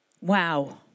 wow